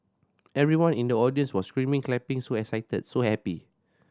everyone in the audience was screaming clapping so excited so happy